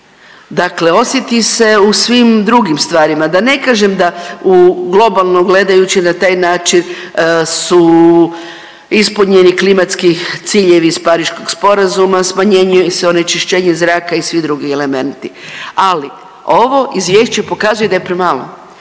Dakle, osjeti se u svim drugim stvarima, da ne kažem da u globalno gledajući na taj način su ispunjeni klimatski ciljevi iz Pariškog sporazuma, smanjuje se onečišćenje zraka i svi drugi elementi. Ali ovo izvješće pokazuje da je premalo.